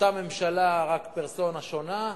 אותה ממשלה רק פרסונה שונה,